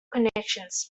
connections